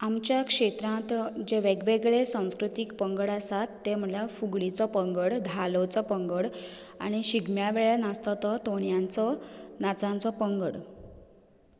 आमच्या क्षेत्रांत जे वेगवेगळे सांस्कृतीक पंगड आसात ते म्हणल्यार फुगडीचो पंगड धालोचो पंगड आनी शिगम्या वेळार नाचता तो तोणयांचो नाचांचो पंगड